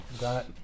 Got